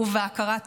ובהכרת תודה.